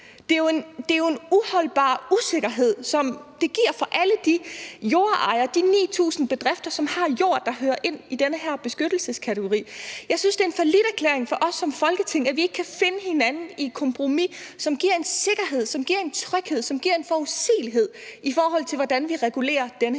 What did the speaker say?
Det er ikke holdbart, og det giver en usikkerhed for alle de jordejere, de 9.000 bedrifter, som har jord, der hører ind under den her beskyttelseskategori. Jeg synes det er en falliterklæring for os som Folketing, at vi ikke kan finde hinanden i et kompromis, som giver en sikkerhed, som giver en tryghed, som giver en forudsigelighed, i forhold til hvordan vi regulerer den her